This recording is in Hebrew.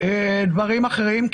דברים אחרים.